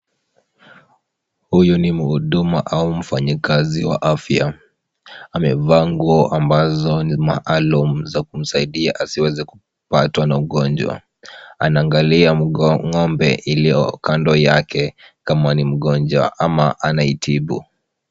Huyu ni mhudumu au mfanyakazi wa afya. Amevaa nguo ambazo ni maalum za kumsaidia asiweze kupatwa na ugonjwa. Anaangalia ng'ombe iliyo kando yake kama ni mgonjwa ama anaitibu.